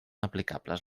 aplicables